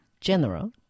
general